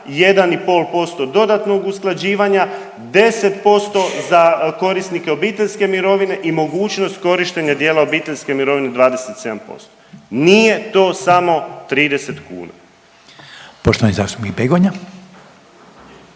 posto dodatnog usklađivanja, 10% za korisnike obiteljske mirovine i mogućnost korištenja dijela obiteljske mirovine 27%. Nije to samo 30 kuna. **Reiner, Željko